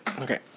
Okay